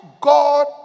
God